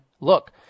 look